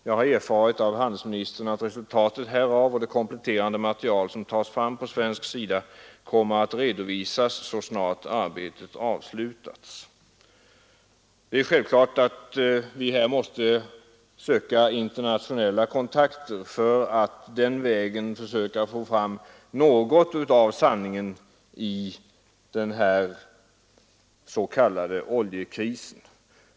Jag har erfarit av handelsministern att resultaten härav och det kompletterande material som tas fram på svensk sida kommer att redovisas så snart arbetet avslutats.” Det är självklart att vi här måste söka internationella kontakter för att den vägen försöka få fram något av sanningen i den här s.k. oljekrisen.